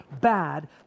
bad